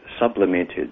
sublimated